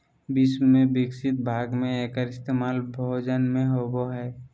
विश्व के विकसित भाग में एकर इस्तेमाल भोजन में होबो हइ